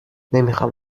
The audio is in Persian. نمیخام